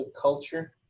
culture